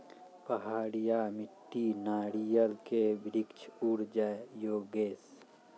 पहाड़िया मिट्टी नारियल के वृक्ष उड़ जाय योगेश?